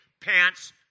pants